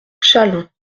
chaleins